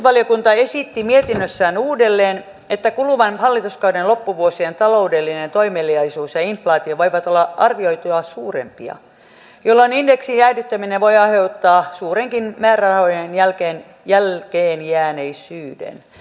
sivistysvaliokunta esitti mietinnössään uudelleen että kuluvan hallituskauden loppuvuosien taloudellinen toimeliaisuus ja inflaatio voivat olla arvioitua suurempia jolloin indeksin jäädyttäminen voi aiheuttaa suurenkin määrärahojen jälkeenjääneisyyden